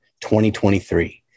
2023